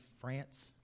France